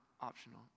optional